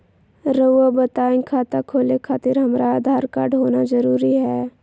रउआ बताई खाता खोले खातिर हमरा आधार कार्ड होना जरूरी है?